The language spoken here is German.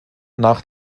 nach